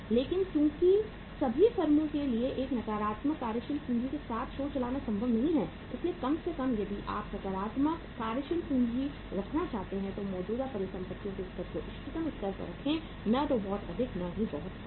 लेकिन चूंकि सभी फर्मों के लिए एक नकारात्मक कार्यशील पूंजी के साथ शो चलाना संभव नहीं है इसलिए कम से कम यदि आप सकारात्मक कार्यशील पूंजी रखना चाहते हैं तो मौजूदा परिसंपत्तियों के स्तर को इष्टतम स्तर पर रखें न तो बहुत अधिक और न ही बहुत कम